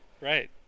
Right